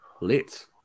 lit